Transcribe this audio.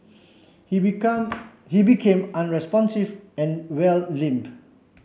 he become he became unresponsive and wear limp